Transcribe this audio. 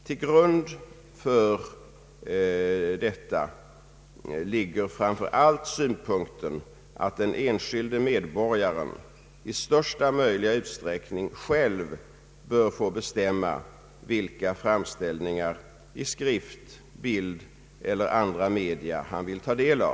Till grund för detta förslag ligger framför allt synpunkten att den enskilde medborgaren i största möjliga utsträckning själv bör få bestämma vilka framställningar i skrift, bild eller andra media som han vill ta del av.